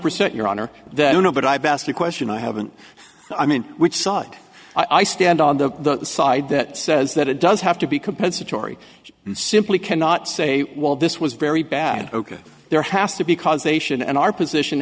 percent your honor that i don't know but i best to question i haven't i mean which side i stand on the side that says that it does have to be compensatory and simply cannot say well this was very bad ok there has to be causation and our position